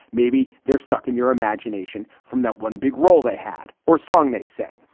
maybe they're stuck in your imagination from that one big role they had or song they sang.